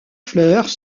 fleurs